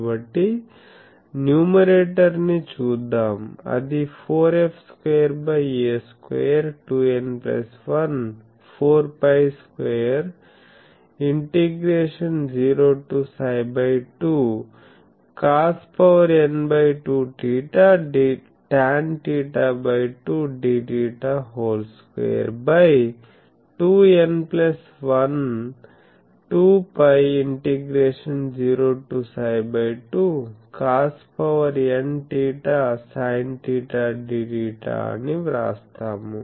కాబట్టి న్యూమరేటర్ ని చూద్దాం అది 4f2a2 2n1 4π2∫ 0 to ψ2 cosn2θ tanθ2 dθ2 2n12π∫0 to ψ2cosnθsinθ dθ అని వ్రాస్తాము